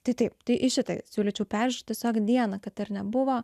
tai taip tai į šitai siūlyčiau peržiūrėti tiesiog dieną kad ar nebuvo